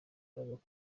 imbaraga